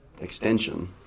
extension